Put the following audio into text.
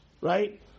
right